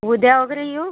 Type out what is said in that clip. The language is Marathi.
उद्या वगैरे येऊ